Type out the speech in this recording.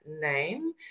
name